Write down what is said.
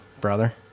brother